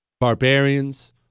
Barbarians